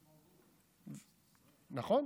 נכון.